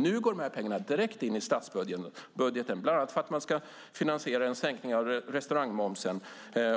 Nu går de här pengarna direkt in i statsbudgeten, bland annat för att man ska finansiera en sänkning av restaurangmomsen